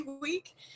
week